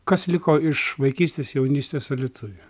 kas liko iš vaikystės jaunystės alytuje